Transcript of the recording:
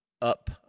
up